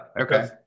Okay